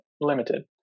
limited